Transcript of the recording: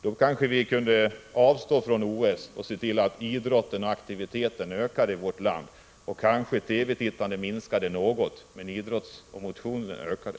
Då kanske vi kunde avstå från OS och se till att idrottsaktiviteterna ökade i vårt land. Kanske TV-tittandet minskade något medan idrottsutövande och motion ökade.